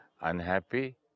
unhappy